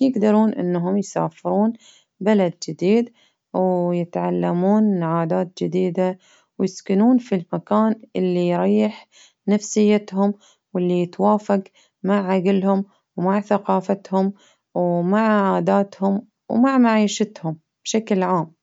يقدرون إنهم يسافرون بلد جديد، ويتعلمون عادات جديدة، ويسكنون في المكان اللي يريح نفسيتهم، واللي يتوافق مع عقلهم ، ومع ثقافتهم ومع عاداتهم ومع معيشتهم بشكل عام.